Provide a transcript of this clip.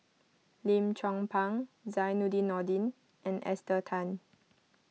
Lim Chong Pang Zainudin Nordin and Esther Tan